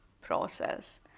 process